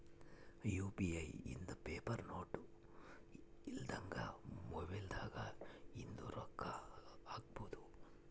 UPI ಇಂದ paper note ಇಲ್ದಂಗ mobile ದಾಗ ಇಂದ ರೊಕ್ಕ ಹಕ್ಬೊದು